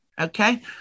okay